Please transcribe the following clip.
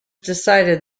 decided